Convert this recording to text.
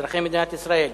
אזרחי מדינת ישראל,